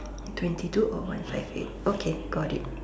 twenty two or one side fit okay got it